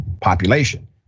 population